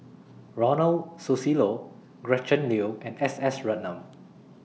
Ronald Susilo Gretchen Liu and S S Ratnam